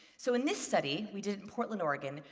so in this study we did in portland, oregon,